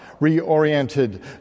reoriented